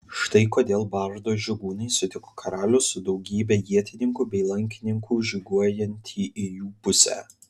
štai kodėl bardo žygūnai sutiko karalių su daugybe ietininkų bei lankininkų žygiuojantį į jų pusę